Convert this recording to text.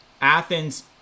Athens